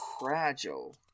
Fragile